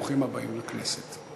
ברוכים הבאים לכנסת.